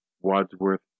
Wadsworth